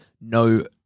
no